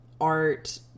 art